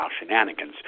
shenanigans